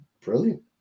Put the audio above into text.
brilliant